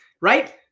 right